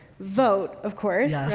vote of course,